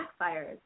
backfires